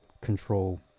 control